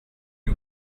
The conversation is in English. you